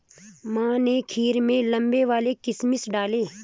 माँ ने खीर में लंबे वाले किशमिश डाले